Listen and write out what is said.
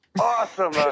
Awesome